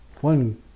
one